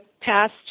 past